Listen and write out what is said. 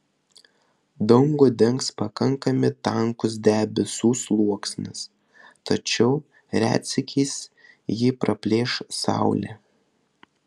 dangų dengs pakankami tankus debesų sluoksnis tačiau retsykiais jį praplėš saulė